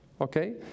Okay